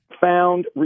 found